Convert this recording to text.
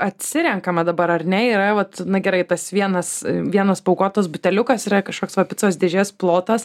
atsirenkama dabar ar ne yra vat na gerai tas vienas vienas paaukotas buteliukas yra kažkoks va picos dėžės plotas